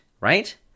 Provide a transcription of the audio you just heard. right